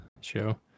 show